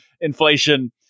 inflation